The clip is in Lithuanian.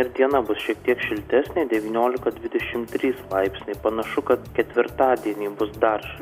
ir diena bus šiek tiek šiltesnė devyniolika dvidešimt trys laipsniai panašu kad ketvirtadienį bus dar